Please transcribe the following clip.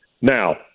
Now